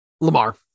Lamar